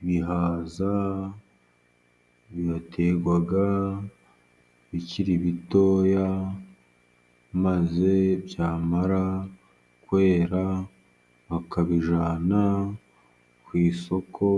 Ibihaza biterwa bikiri bitoya ,maze byamara kwera bakabijyana ku isoko,